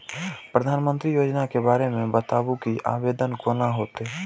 प्रधानमंत्री योजना के बारे मे बताबु की आवेदन कोना हेतै?